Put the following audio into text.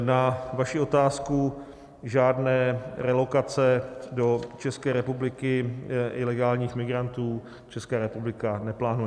Na vaši otázku žádné relokace do České republiky ilegálních migrantů Česká republika neplánuje.